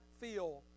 feel